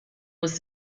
was